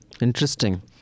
Interesting